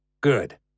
Good